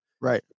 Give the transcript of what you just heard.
right